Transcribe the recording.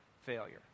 failure